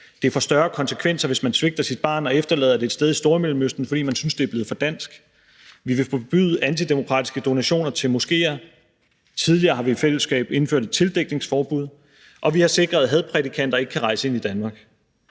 det får større konsekvenser, hvis man svigter sit barn og efterlader det et sted i Stormellemøsten, fordi man synes, det er blevet for dansk; vi vil forbyde antidemokratiske donationer til moskéer; tidligere har vi i fællesskab indført et tildækningsforbud; og vi har sikret, at hadprædikanter ikke kan rejse ind i Danmark.